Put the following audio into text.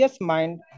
mind